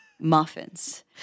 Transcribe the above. Muffins